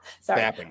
Sorry